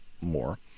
more